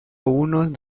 unos